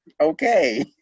Okay